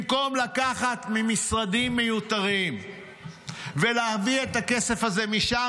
במקום לקחת ממשרדים מיותרים ולהביא את הכסף הזה משם,